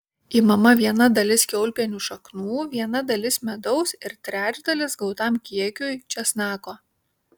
imama viena dalis kiaulpienių šaknų viena dalis medaus ir trečdalis gautam kiekiui česnako